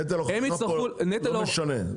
נטל הוכחה פה לא משנה.